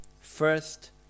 First